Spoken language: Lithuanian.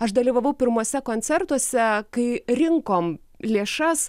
aš dalyvavau pirmuose koncertuose kai rinkom lėšas